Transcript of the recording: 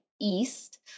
east